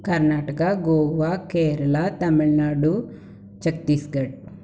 Karnataka Goa Kerala Tamil Nadu Chhattisgarh